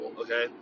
okay